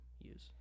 use